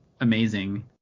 amazing